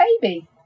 baby